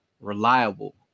reliable